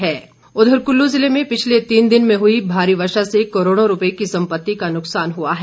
गोविन्द सिंह कुल्लू ज़िले में पिछले तीन दिन हुई भारी वर्षा से करोड़ों रूपये की सम्पति का नुकसान हुआ है